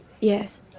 yes